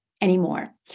anymore